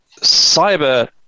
cyber